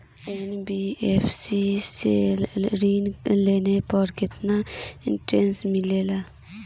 NBFC से ऋण लेने पर केतना इंटरेस्ट मिलेला?